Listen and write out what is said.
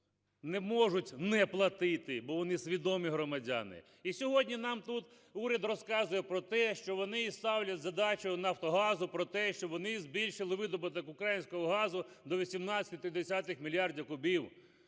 не можуть не платити, бо вони – свідомі громадяни. І сьогодні нам тут уряд розказує про те, що вони ставлять задачу "Нафтогазу" про те, щоб вони збільшили видобуток українського газу до вісімнадцяти…